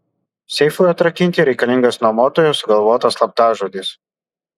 seifui atrakinti reikalingas nuomotojo sugalvotas slaptažodis